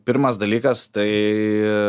pirmas dalykas tai